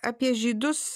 apie žydus